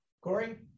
Corey